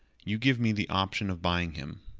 you give me the option of buying him.